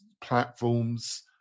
platforms